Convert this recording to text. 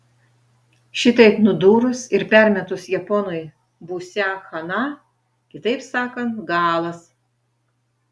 šitaip nudūrus ir permetus japonui būsią chana kitaip sakant galas